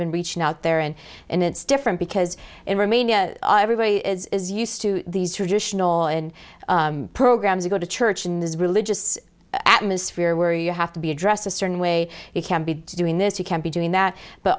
been reaching out there and and it's different because in romania everybody is used to these traditional and programs you go to church in this religious atmosphere where you have to be addressed a certain way you can be doing this you can't be doing that but